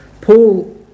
Paul